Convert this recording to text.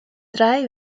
drei